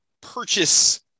purchase